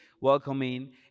welcoming